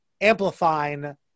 amplifying